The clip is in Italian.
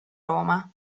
roma